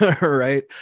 right